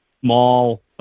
small